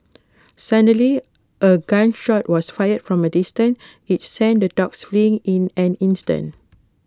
suddenly A gun shot was fired from A distance which sent the dogs fleeing in an instant